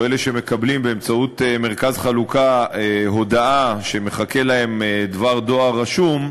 או אלה שמקבלים באמצעות מרכז חלוקה הודעה שמחכה להם דבר דואר רשום,